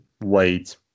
wait